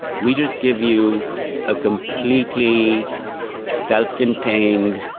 we just give you a completely self-contained,